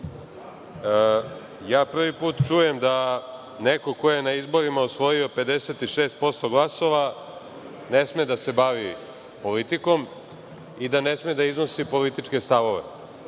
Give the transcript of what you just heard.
ja prvi put čujem da je neko ko je na izborima osvojio 56% glasova ne sme da se bavi politikom i da ne sme da iznosi političke stavove